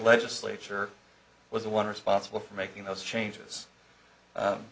legislature was the one responsible for making those changes